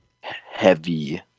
Heavy